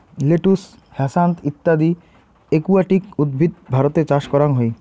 lettuce, hyacinth ইত্যদি aquatic উদ্ভিদ ভারতে চাষ করাং হই